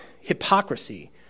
hypocrisy